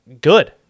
good